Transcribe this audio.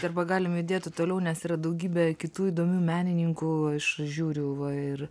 arba galim judėti toliau nes yra daugybė kitų įdomių menininkų aš žiūriu va ir